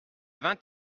vingt